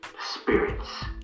spirits